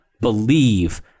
believe